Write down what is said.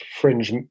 fringe